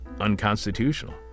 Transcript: unconstitutional